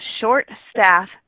short-staff